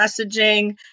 messaging